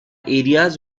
areas